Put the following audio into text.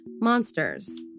monsters